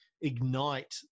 ignite